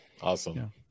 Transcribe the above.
awesome